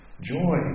Joy